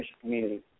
community